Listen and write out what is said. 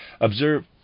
Observe